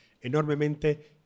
enormemente